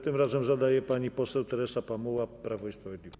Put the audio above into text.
Tym razem zada je pani poseł Teresa Pamuła, Prawo i Sprawiedliwość.